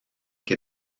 que